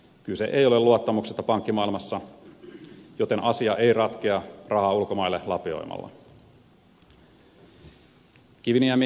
kyse ei ole luottamuksesta pankkimaailmassa joten asia ei ratkea rahaa ulkomaille lapioimalla